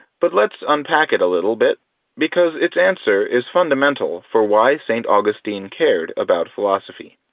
but let's unpack it a little bit because its answer is fundamental for why st. augustine cared about philosophy.